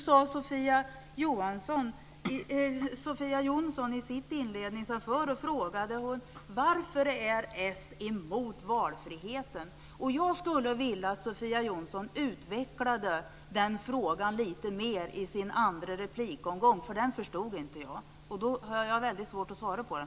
Varför är socialdemokraterna emot valfriheten? Jag skulle vilja att Sofia Jonsson utvecklade den frågan lite mer i sina andra replik, eftersom jag inte förstod den, och då har jag väldigt svårt att svara på den.